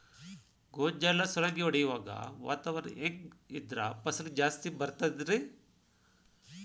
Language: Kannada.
ಗೋಂಜಾಳ ಸುಲಂಗಿ ಹೊಡೆಯುವಾಗ ವಾತಾವರಣ ಹೆಂಗ್ ಇದ್ದರ ಫಸಲು ಜಾಸ್ತಿ ಬರತದ ರಿ?